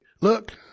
Look